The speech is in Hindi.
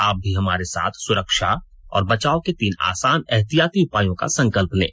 आप भी हमारे साथ सुरक्षा और बचाव के तीन आसान एहतियाती उपायों का संकल्प लें